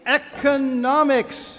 economics